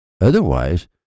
Otherwise